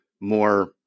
more